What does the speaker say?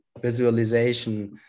visualization